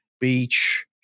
beach